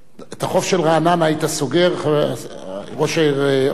את החוף של רעננה היית סוגר, ראש העיר רעננה?